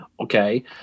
okay